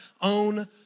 own